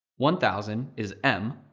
one thousand is m.